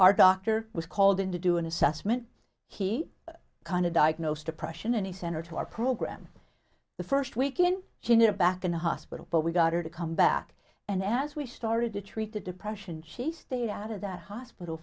our doctor was called in to do an assessment he kind of diagnosed depression and he sent her to our program the first week in junior back in the hospital but we got her to come back and as we started to treat the depression she stayed out of the hospital